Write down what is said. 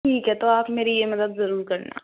ठीक है तो आप मेरी ये मदद ज़रूर करना